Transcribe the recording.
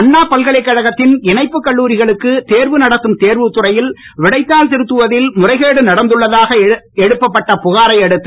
அண்ணா பல்கலைகழத்தின் இணைப்புக் கல்லூரிகளுக்கு தேர்வு நடத்தும் தேர்வுத்துறையில் விடைத்தாள் திருத்துவதில் முறைகேடு நடந்துள்ளதாக எழுப்பப்பட்ட புகாரை அடுத்து